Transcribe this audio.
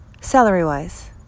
salary-wise